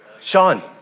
Sean